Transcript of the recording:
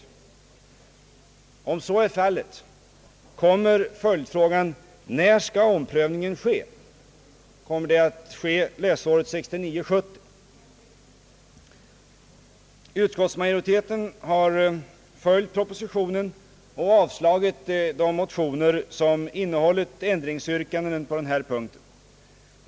Om så är fallet kommer följdfrågan: När skall omprövningen ske? Blir det under läsåret 1969— 70? Utskottsmajoriteten har följt propositionen och avslagit de motioner som innehållit: ändringsyrkanden på denna punkt.